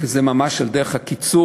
זה ממש על דרך הקיצור.